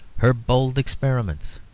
her bold experiments,